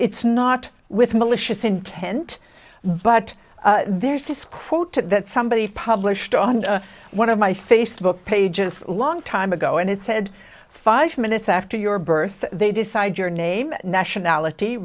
it's not with malicious intent but there's this quote that somebody published on one of my facebook pages long time ago and it said five minutes after your birth they decide your name nationality